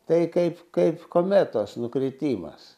tai kaip kaip kometos nukritimas